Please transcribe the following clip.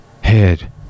head